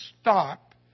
stop